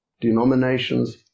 denominations